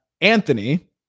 Anthony